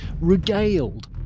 regaled